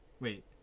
Wait